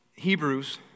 Hebrews